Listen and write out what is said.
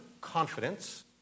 confidence